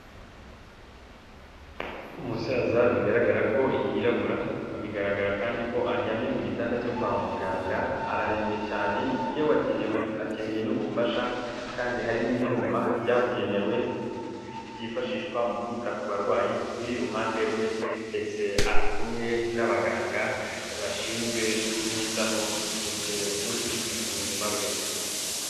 Umusaza bigaragara ko yirabura, bigaragara kandi ko aryamye ku gitanda cyo kwa muganga, ararembye cyane yewe akenewe, akeneye n'ubufasha, kandi hari n'ibyuma byabugenewe byifashishwa mu kwita ku barwayi, biri iruhande rwe, ndetse ari kumwe n'abaganga bashinzwe kumwitaho, ndetse no kwita k'ubuzima bwe.